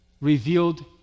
revealed